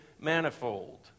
manifold